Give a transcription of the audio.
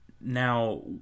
Now